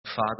Father